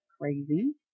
crazy